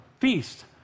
feast